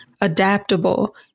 adaptable